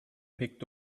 picked